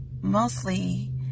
mostly